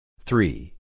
three